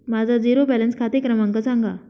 माझा zero balance खाते क्रमांक सांगा